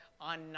on